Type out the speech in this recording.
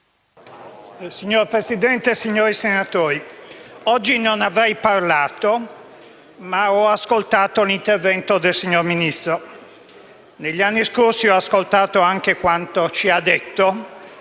Signor Presidente, signori senatori, oggi non avrei parlato, ma ho ascoltato l'intervento del signor Ministro, come del resto negli anni scorsi ho ascoltato anche quanto ci ha detto